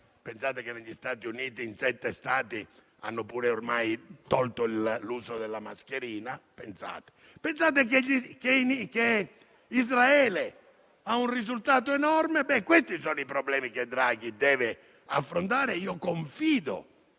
Pensate che negli Stati Uniti, in sette Stati, hanno ormai tolto l'uso della mascherina. Pensate che Israele ha un risultato enorme. Questi sono i problemi che Draghi deve affrontare e io confido